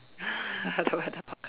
the weather forecast